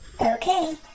Okay